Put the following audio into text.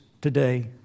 today